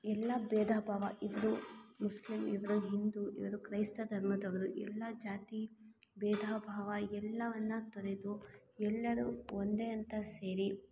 ಎಲ್ಲ ಭೇದ ಭಾವ ಇವರು ಮುಸ್ಲಿಮ್ ಇವರು ಹಿಂದೂ ಇವರು ಕ್ರೈಸ್ತ ಧರ್ಮದವರು ಎಲ್ಲ ಜಾತಿ ಭೇದ ಭಾವ ಎಲ್ಲವನ್ನು ತೊರೆದು ಎಲ್ಲರೂ ಒಂದೇ ಅಂತ ಸೇರಿ